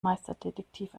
meisterdetektiv